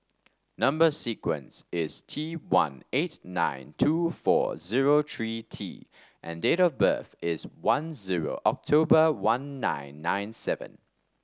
number sequence is T one eight nine two four zero three T and date of birth is one zero October one nine nine seven